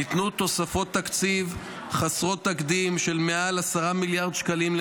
ניתנו תוספות תקציב חסרות תקדים של מעל 10 מיליארד שקלים,